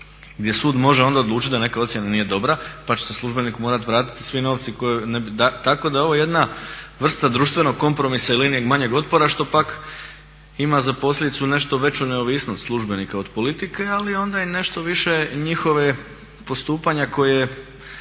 gdje sud može onda odlučiti da neka ocjena nije dobra pa će se službeniku morati vratiti svi novci. Tako da je ovo jedna vrsta društvenog kompromisa i linije manjeg otpora što pak ima za posljedicu nešto veću neovisnost službenika od politike ali onda i nešto više njihovog postupanja ne